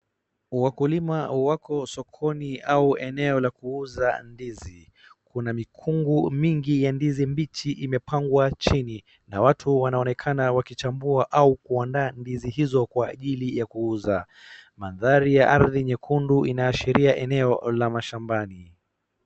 Wakulima wako sokoni au eneo la kuuza ndizi. Kuna mikungu mingi ya ndizi mbichi imepangwa chini na watu wanaonekana wakichambua au kuandaa ndizi hizo kwa ajili ya kuuza. Mandhari ya ardhi nyekundu inaashiria eneo la mashambani.